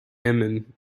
inman